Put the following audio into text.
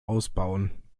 ausbauen